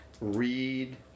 read